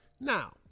Now